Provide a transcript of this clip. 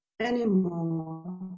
anymore